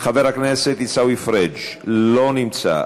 חבר הכנסת עיסאווי פריג' לא נמצא.